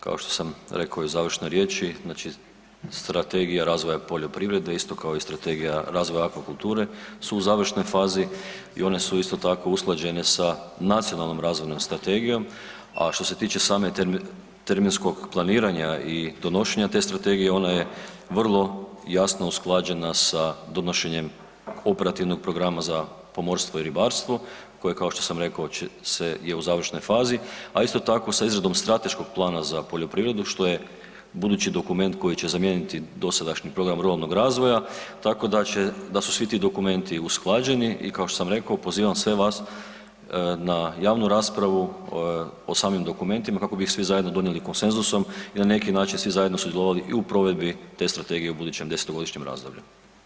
Kao što sam rekaoi i u završnoj riječi, znači strategija razvoja poljoprivrede, isto kao i strategija razvoja akvakulture su u završnoj fazi i one su isto tako usklađene sa nacionalnom razvojnom strategijom, a što se tiče same term .../nerazumljivo/... terminskog planiranja i donošenja te strategije, ona je vrlo jasno usklađena sa donošenjem operativnog programa za pomorstvo i ribarstvo, koje, kao što sam rekao se, je u završnoj fazi, a isto tako, sa izradom strateškog plana za poljoprivredu što je budući dokument koji će zamijeniti dosadašnji program ruralnog razvoja, tako da će, da su svi ti dokumenti usklađeni i kao što sam rekao, pozivam sve vas na javnu raspravu o samim dokumentima kako bih ih svi zajedno donijeli konsenzusom i na neki način svi zajedno sudjelovali i u provedbi te strategije u budućem 10-godišnjem razdoblju.